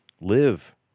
live